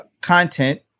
content